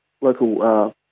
local